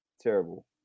Terrible